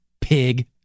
pig